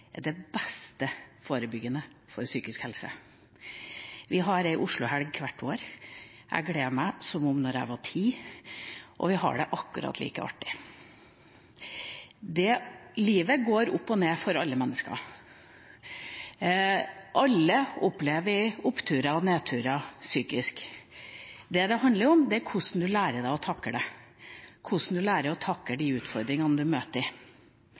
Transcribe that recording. er den beste forebygging for psykisk helse. Vi har en Oslo-helg hvert år. Jeg gleder meg som da jeg var ti år, og vi har det akkurat like artig. Livet går opp og ned for alle mennesker. Alle opplever oppturer og nedturer psykisk. Det det handler om, er hvordan en lærer seg å takle det, hvordan en lærer å takle de utfordringene en møter.